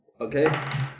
Okay